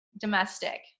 Domestic